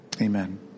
Amen